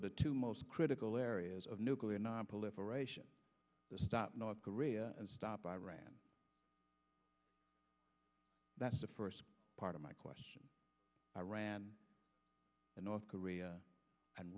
are the two most critical areas of nuclear nonproliferation stop north korea and stop iran that's the first part of my question iran and north korea and